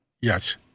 Yes